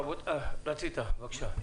בבקשה,